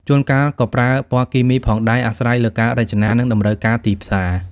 ជួនកាលក៏ប្រើពណ៌គីមីផងដែរ អាស្រ័យលើការរចនា និងតម្រូវការទីផ្សារ។